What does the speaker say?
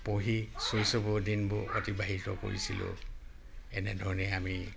পঢ়ি শৈশৱৰ দিনবোৰ অতিবাহিত কৰিছিলোঁ এনেধৰণে আমি